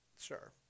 Sure